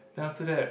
then after that